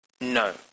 No